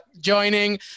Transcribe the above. joining